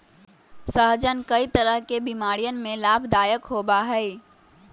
सहजन कई तरह के बीमारियन में लाभदायक होबा हई